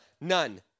None